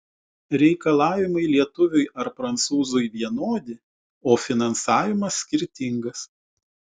reikalavimai lietuviui ar prancūzui vienodi o finansavimas skirtingas